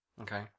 Okay